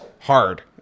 hard